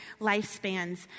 lifespans